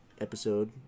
episode